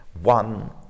one